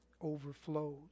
overflows